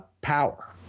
power